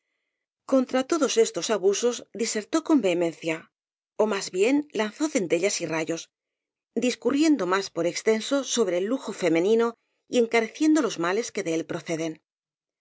contra todos estos abu sos disertó con vehemencia ó más bien lanzó cen tellas y rayos discurriendo más por extenso sobre el lujo femenino y encareciendo los males que de él proceden